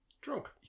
Drunk